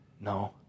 No